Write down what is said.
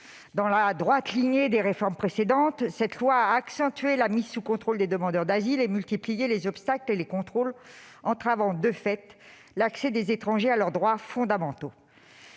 Dans la droite ligne des réformes précédentes, cette loi a accentué la mise sous contrôle des demandeurs d'asile et multiplié les obstacles et les contrôles entravant, de fait, l'accès des étrangers à leurs droits fondamentaux.